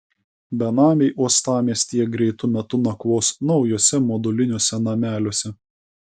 benamiai uostamiestyje greitu metu nakvos naujuose moduliniuose nameliuose